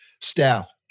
staff